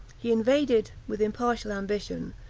he invaded, with impartial ambition,